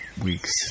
weeks